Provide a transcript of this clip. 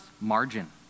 margin